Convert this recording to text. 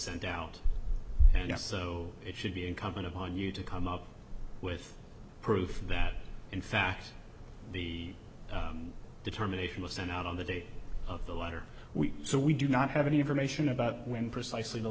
sent out and also it should be incumbent upon you to come up with proof that in fact the determination was sent out on the day of the letter so we do not have any information about when precisely the